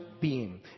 beam